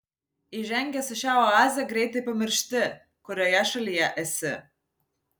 įžengęs į šią oazę greitai pamiršti kurioje šalyje esi